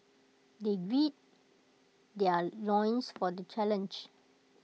they gird their loins for the challenge